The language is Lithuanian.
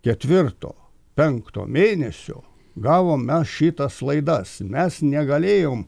ketvirto penkto mėnesio gavom mes šitas laidas mes negalėjom